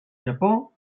japó